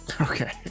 Okay